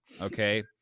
okay